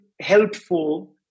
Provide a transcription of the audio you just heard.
helpful